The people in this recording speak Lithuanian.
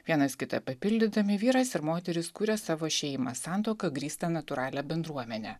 vienas kitą papildydami vyras ir moteris kuria savo šeimą santuoka grįstą natūralią bendruomenę